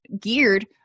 geared